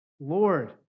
Lord